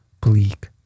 bleak